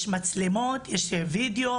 מבחינת מספר הנרצחים בשנה האחרונה,